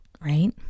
right